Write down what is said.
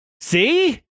See